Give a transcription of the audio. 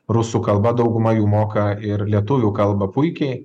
rusų kalba dauguma jų moka ir lietuvių kalba puikiai